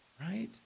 right